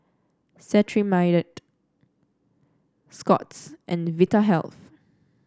Cetrimide Scott's and Vitahealth